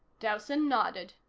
dowson nodded.